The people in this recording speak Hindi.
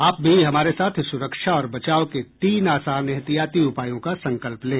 आप भी हमारे साथ सुरक्षा और बचाव के तीन आसान एहतियाती उपायों का संकल्प लें